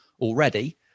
already